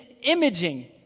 imaging